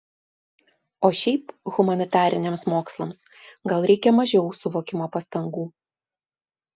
o šiaip humanitariniams mokslams gal reikia mažiau suvokimo pastangų